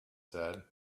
said